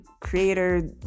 creator